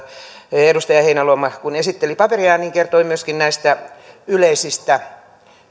edustaja heinäluoma kun esitteli paperiaan kertoi myöskin näistä yleisistä